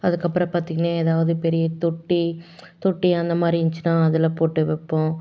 அதுக்கப்புறம் பார்த்தீங்கன்னா ஏதாவது பெரிய தொட்டி தொட்டி அந்த மாதிரி இருந்துச்சுன்னா அதில் போட்டு வைப்போம்